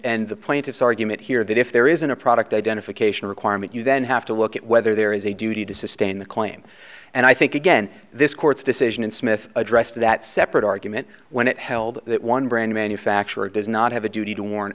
and the plaintiff's argument here that if there isn't a product identification requirement you then have to look at whether there is a duty to sustain the claim and i think again this court's decision and smith addressed that separate argument when it held that one brand manufacturer does not have a duty to warn